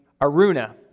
Aruna